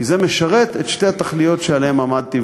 כי זה משרת את שתי התכליות שעליהן עמדתי,